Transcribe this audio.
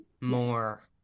more